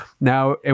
now